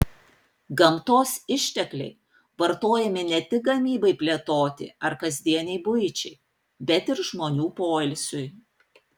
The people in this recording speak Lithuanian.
gamtos ištekliai vartojami ne tik gamybai plėtoti ar kasdienei buičiai bet ir žmonių poilsiui